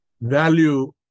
value